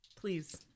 Please